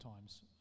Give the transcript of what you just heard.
times